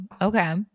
Okay